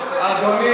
הראשון.